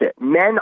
Men